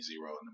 Zero